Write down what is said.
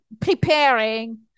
preparing